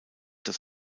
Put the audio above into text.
dass